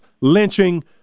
lynching